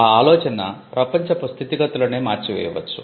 ఆ ఆలోచన ప్రపంచపు స్తితిగతులనే మార్చివేయవచ్చు